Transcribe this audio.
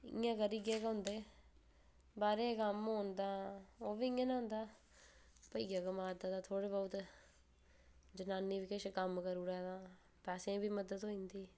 इयां करिये गै होंदा बाह्रे दे कम्म होन तां ओ बी इ'यै जनेहा होंदा भाइया कमा दा ते थोह्ड़ा बहुत जनानी बी किश कम्म करी ओड़े ते तां पैसै बी मदद होई जंदी